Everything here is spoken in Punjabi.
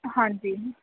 ਹਾਂਜੀ